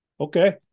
okay